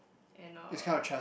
and uh